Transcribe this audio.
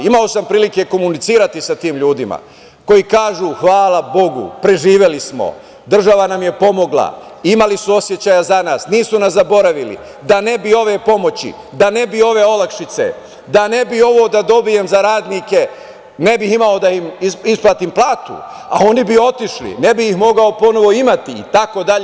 Imao sam prilike komunicirati sa tim ljudima, koji kažu - hvala Bogu, preživeli smo, država nam je pomogla, imali su osećaja za nas, nisu nas zaboravili da ne bi ove pomoći, da ne bi ove olakšice, da ne bi ovo da dobijem za radnike ne bih imao da im isplatim platu, a oni bi otišli, ne bih ih mogao ponovo imati itd.